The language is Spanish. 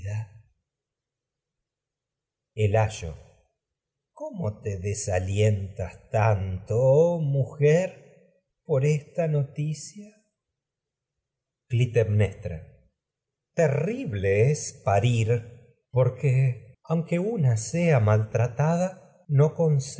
el ayo cómo te desalientas tanto oh mujer por esta noticia es clitemnestra terrible parir porque aunque una sea maltratada no